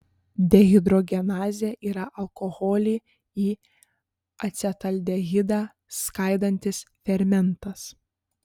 dehidrogenazė yra alkoholį į acetaldehidą skaidantis fermentas